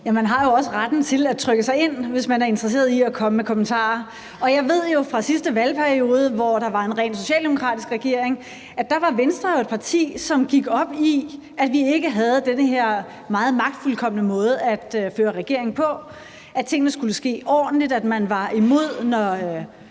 Man har jo også retten til at trykke sig ind, hvis man er interesseret i at komme med kommentarer. Jeg ved fra sidste valgperiode, hvor der var en rent socialdemokratisk regering, at Venstre jo var et parti, som gik op i, at vi ikke havde den her meget magtfuldkomne måde at føre regering på, at tingene skulle ske ordentligt, og at man var imod, når